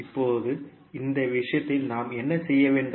இப்போது இந்த விஷயத்தில் நாம் என்ன செய்ய வேண்டும்